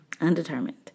undetermined